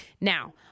Now